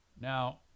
Now